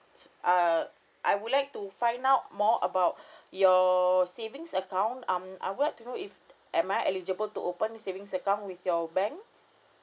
uh I would like to find out more about your savings account um I'd like to know if am I eligible to open savings account with your bank